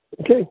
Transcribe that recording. Okay